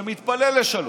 שמתפלל לשלום,